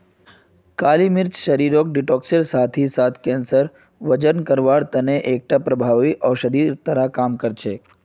काली मिर्च शरीरक डिटॉक्सेर साथ ही साथ कैंसर, वजनक कम करवार तने एकटा प्रभावी औषधिर रूपत काम कर छेक